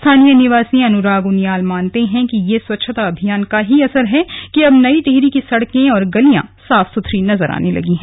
स्थानीय निवासी अनुराग उनियाल मानते हैं कि ये स्वच्छता अभियान का ही असर है कि अब नई टिहरी की सड़कें और गलियां साफ सुथरी नजर आने लगी हैं